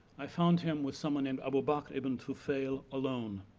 i found him with someone named abu bakr ibn tufayl alone.